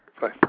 Bye